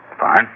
Fine